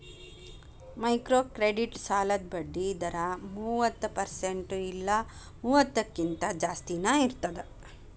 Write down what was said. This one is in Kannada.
ಮೈಕ್ರೋಕ್ರೆಡಿಟ್ ಸಾಲದ್ ಬಡ್ಡಿ ದರ ಮೂವತ್ತ ಪರ್ಸೆಂಟ್ ಇಲ್ಲಾ ಮೂವತ್ತಕ್ಕಿಂತ ಜಾಸ್ತಿನಾ ಇರ್ತದ